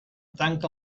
tanca